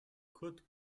kurt